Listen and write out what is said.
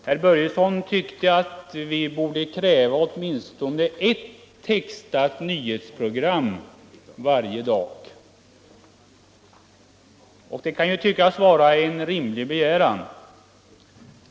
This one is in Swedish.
Herr Börjesson i Falköping tyckte att vi åtminstone borde kräva ett textat nyhetsprogram varje dag, och det kan man ju säga är en rimlig begäran.